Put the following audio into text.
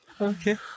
Okay